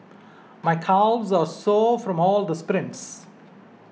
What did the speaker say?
my calves are sore from all of the sprints